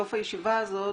שבסוף הישיבה הזאת